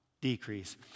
decrease